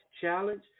challenge